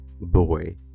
boy